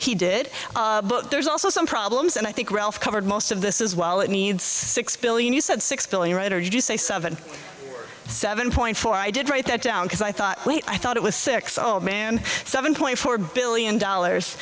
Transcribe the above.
he did but there's also some problems and i think ralph covered most of this is well it needs six billion you said six billion right or did you say seven seven point four i did write that down because i thought i thought it was six zero zero man seven point four billion dollars